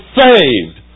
saved